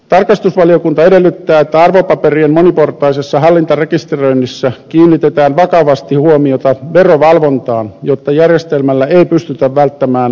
tarkastusvaliokunta edellyttää että arvopaperien moniportaisessa hallintarekisteröinnissä kiinnitetään vakavasti huomiota verovalvontaan jotta järjestelmällä ei pystytä välttämään lainvastaisesti veroja